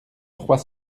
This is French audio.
trois